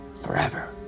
Forever